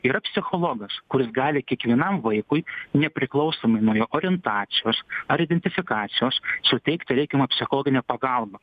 yra psichologas kuris gali kiekvienam vaikui nepriklausomai nuo jo orientacijos ar identifikacijos suteikti reikiamą psichologinę pagalbą